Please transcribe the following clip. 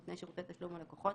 נותני שירותי תשלום או לקוחות,